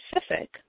specific